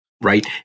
Right